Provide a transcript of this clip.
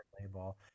label